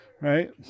Right